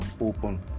Open